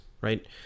Right